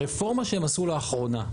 הרפורמה שהם עשו לאחרונה,